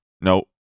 no